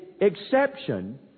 exception